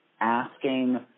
asking